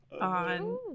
on